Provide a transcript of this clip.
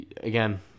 again